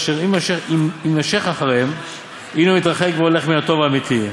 אשר אם יימשך אחריהן הנה הוא מתרחק והולך מן הטוב האמיתי.